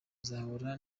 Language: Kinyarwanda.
nzahora